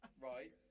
right